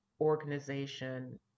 organization